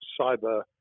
cyber